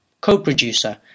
co-producer